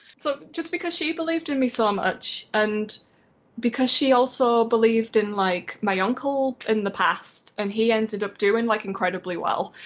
so just because she believed in me so much and because she also believed in like my uncle in the past and he ended up doing like incredibly well.